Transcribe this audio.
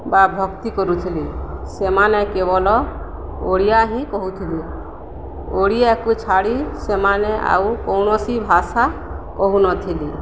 ବା ଭକ୍ତି କରୁଥିଲେ ସେମାନେ କେବଳ ଓଡ଼ିଆ ହିଁ କହୁଥିଲେ ଓଡ଼ିଆକୁ ଛାଡ଼ି ସେମାନେ ଆଉ କୌଣସି ଭାଷା କହୁନଥିଲେ